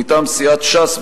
מטעם סיעת ש"ס,